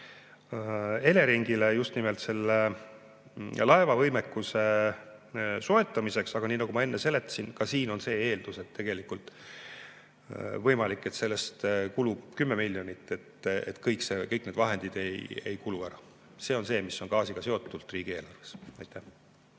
Eleringile just nimelt selle laevavõimekuse soetamiseks. Aga nii nagu ma enne seletasin, ka siin on see eeldus, on võimalik, et sellest kulub 10 miljonit ja kõik need vahendid ei kulu ära. See on see, mis on gaasiga seotult riigieelarves. Aitäh!